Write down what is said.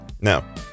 Now